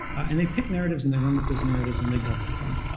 and they pick narratives and they run with those narratives and they go with them,